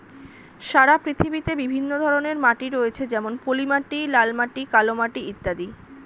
সারা পৃথিবীতে বিভিন্ন ধরনের মাটি রয়েছে যেমন পলিমাটি, লাল মাটি, কালো মাটি ইত্যাদি